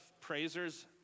praisers